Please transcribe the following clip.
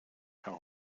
how